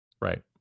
right